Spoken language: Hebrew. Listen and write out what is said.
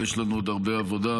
אבל יש לנו עוד הרבה עבודה,